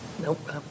Nope